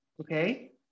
okay